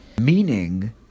Meaning